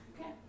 Okay